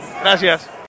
Gracias